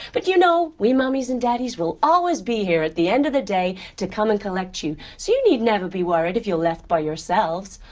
but you know, we mummies and daddies will always be here at the end of the day to come and collect you, so you need never be worried if your left by yourselves.